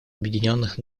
объединенных